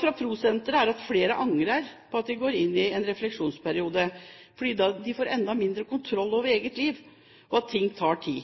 fra PRO-senteret går ut på at flere angrer på at de gikk inn i en refleksjonsperiode, fordi de da får enda mindre kontroll over eget liv, og at ting tar tid.